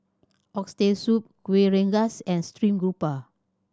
Oxtail Soup Kuih Rengas and stream grouper